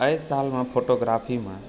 एहि साल आहाँ फोटोग्राफीमे